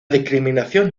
discriminación